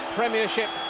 Premiership